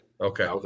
Okay